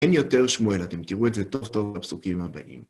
אין יותר שמואל, אתם תראו את זה טוב טוב בפסוקים הבאים